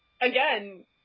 again